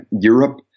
Europe